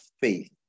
faith